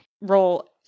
role